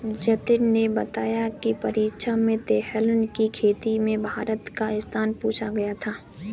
जतिन ने बताया की परीक्षा में तिलहन की खेती में भारत का स्थान पूछा गया था